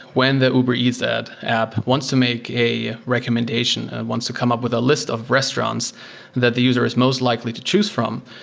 when the uber eats app wants to make a recommendation, wants to come up with a list of restaurants that the user is most likely to choose from,